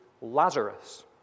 Lazarus